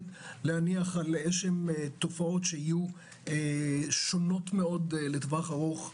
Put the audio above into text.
להניח על תופעות שיהיו שונות מאוד לטווח ארוך.